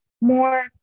more